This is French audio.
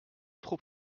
trop